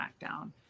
SmackDown